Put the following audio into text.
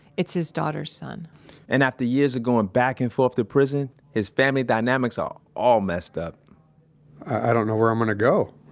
it's his daughter's son and after years of going back and forth to prison, his family dynamics are all messed up i don't know where i'm gonna go.